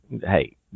hey